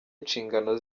inshingano